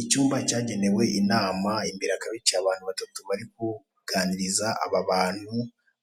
Icyumba cyagenewe inama, imbere hakaba hicaye abantu batatu bari kuganiriza aba bantu